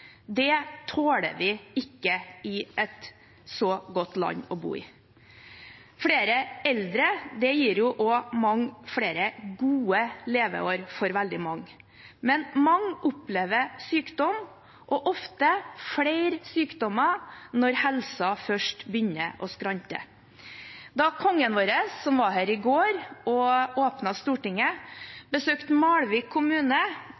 Det tåler vi ikke i et land som er så godt å bo i. Flere eldre gir også mange flere gode leveår for veldig mange, men mange opplever sykdom og ofte flere sykdommer når helsen først begynner å skrante. Da kongen vår, som var her i går og åpnet Stortinget, besøkte Malvik kommune